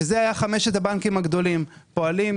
כלומר על חמשת הבנקים הגדולים: פועלים,